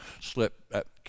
slip